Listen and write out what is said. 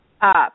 up